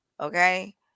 okay